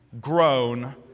grown